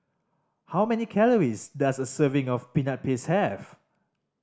how many calories does a serving of Peanut Paste have